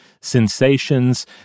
sensations